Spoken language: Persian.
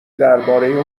دربارهی